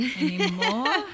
anymore